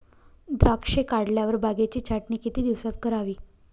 द्राक्षे काढल्यावर बागेची छाटणी किती दिवसात करावी?